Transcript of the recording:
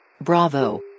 Bravo